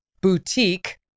boutique